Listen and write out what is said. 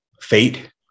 fate